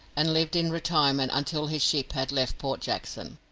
and lived in retirement until his ship had left port jackson.